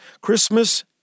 Christmas